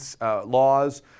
Laws